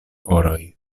horoj